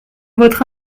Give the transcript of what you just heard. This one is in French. votre